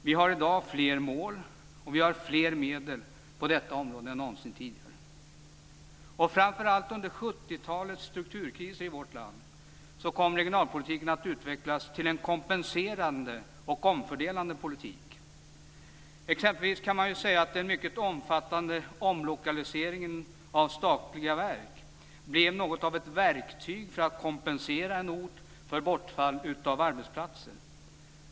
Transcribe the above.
Vi har i dag fler mål och vi har fler medel på detta område än någonsin tidigare. Framför allt under 70-talets strukturkris i vårt land kom regionalpolitiken att utvecklas till en kompenserande och omfördelande politik. Exempelvis kan man säga att den mycket omfattande omlokaliseringen av statliga verk blev något av ett verktyg för att kompensera en ort för bortfall av arbetsplatser.